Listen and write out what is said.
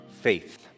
faith